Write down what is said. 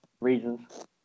reasons